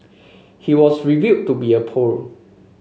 he was revealed to be a poet